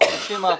בחודשים האחרונים,